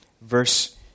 Verse